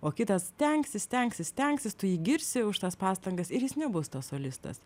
o kitas stengsis stengsis stengsis tu jį girsi už tas pastangas ir jis nebus tas solistas